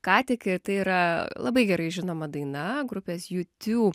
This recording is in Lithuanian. ką tik ir tai yra labai gerai žinoma daina grupės jū tiū